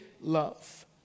love